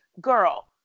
girl